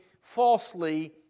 falsely